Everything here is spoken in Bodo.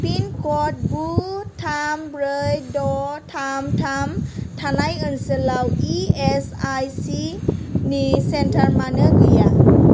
पिनकड गु थाम ब्रै द' थाम थाम थानाय ओनसोलाव इएसआईसि नि सेन्टार मानो गैया